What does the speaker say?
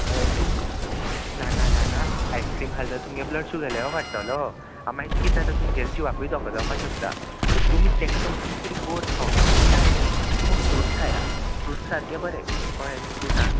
तुमकां ना ना ना ना आयस्क्रीम खाली जाल्यार तुमगे ब्लड शुगर लेवल वाडटलो मागीर किदें जाता तुमगेलें जिवाकूय दोको जावपा शकता तुमी तेका समज तुमी किदें गोड खावपाकूय जाय न्ही तुमी फ्रुट्स खाया फ्रुट्स सारके बरें कळ्ळें न्हू फ्रुटान